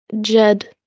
Jed